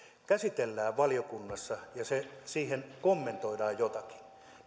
käsitellään valiokunnassa ja siihen kommentoidaan jotakin